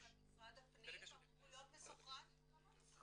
אבל משרד הפנים אמור להיות מסונכרן עם הלמ"ס.